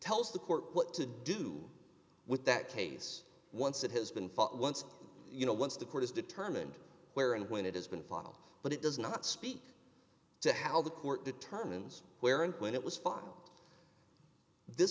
tells the court what to do with that case once it has been fought once you know once the court has determined where and when it has been filed but it does not speak to how the court determines where and when it was fun this